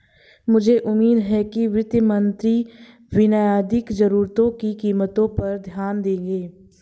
मुझे उम्मीद है कि वित्त मंत्री बुनियादी जरूरतों की कीमतों पर ध्यान देंगे